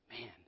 Man